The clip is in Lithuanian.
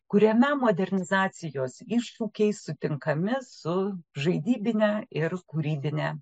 kuriame modernizacijos iššūkiai sutinkami su žaidybine ir kūrybine